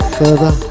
further